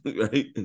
right